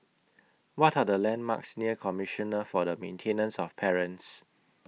What Are The landmarks near Commissioner For The Maintenance of Parents